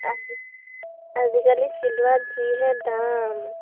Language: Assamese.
আ আজিকালি চিলোৱাত যিহে দাম